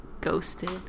ghosted